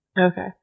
Okay